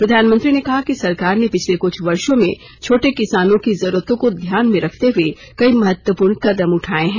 प्रधानमंत्री ने कहा कि सरकार ने पिछले कुछ वर्षों में छोटे किसानों की जरूरतों को ध्यान में रखते हए कई महत्वपूर्ण कदम उठाए हैं